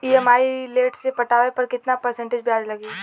EMI late से पटावे पर कितना परसेंट ब्याज लगी?